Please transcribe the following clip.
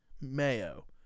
Mayo